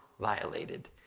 violated